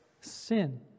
sin